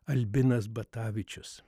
albinas batavičius